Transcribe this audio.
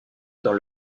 dans